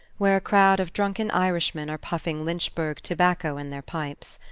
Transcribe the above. where a crowd of drunken irishmen are puffing lynchburg tobacco in their pipes.